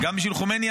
בשביל חומייני,